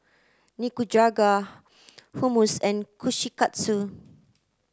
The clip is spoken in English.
Nikujaga Hummus and Kushikatsu